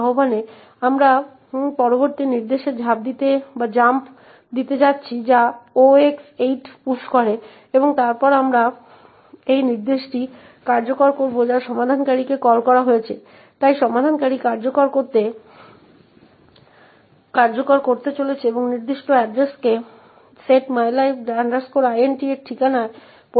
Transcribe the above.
তাহলে কি হবে যে printf প্রথমে এই চারটি অক্ষর প্রিন্ট করবে তারপর এটি 54 শব্দ ছেড়ে স্পেস প্রিন্ট করবে এবং তারপর এটি আসলে অন্য একটি স্পেস প্রিন্ট করবে